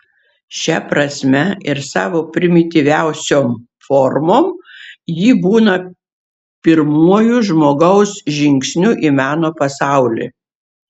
šia prasme ir savo primityviausiom formom ji būna pirmuoju žmogaus žingsniu į meno pasaulį